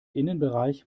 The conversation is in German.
innenbereich